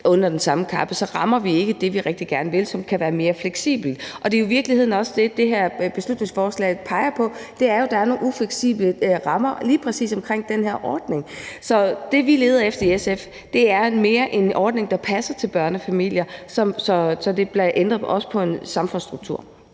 under den samme kappe, så rammer vi ikke det, vi rigtig gerne vil, som kan være mere fleksibelt. Det er i virkeligheden også det, det her beslutningsforslag peger på. Det er jo, at der er nogle ufleksible rammer lige præcis omkring den her ordning. Så det, vi leder efter i SF, er mere en ordning, der passer til børnefamilier, så der også bliver ændret på en samfundsstruktur.